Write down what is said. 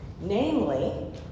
Namely